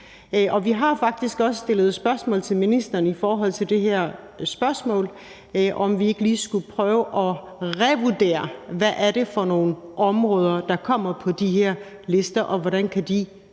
faktisk også stillet spørgsmål til ministeren i forhold til det her, altså om vi ikke lige skulle prøve at revurdere, hvad det er for nogle områder, der kommer på de her lister, og hvordan de